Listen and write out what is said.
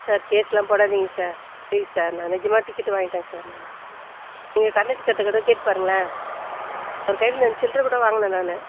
sir கேஸெல்லாம் போடாதீங்க sir please sir நான் நிஜமாக டிக்கெட் வாங்கிவிட்டேன் சார் நான் நீங்கள் கண்டெக்டர் கிட்டே கூட கேட்டு பாருங்களேன் அவர் கைலேருந்து சில்றரை கூட வாங்கினேன் நான்